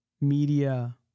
media